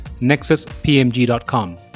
nexuspmg.com